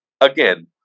Again